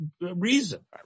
reason